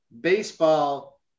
baseball